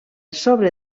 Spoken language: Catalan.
sobre